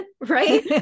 right